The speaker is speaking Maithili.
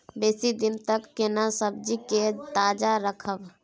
बेसी दिन तक केना सब्जी के ताजा रखब?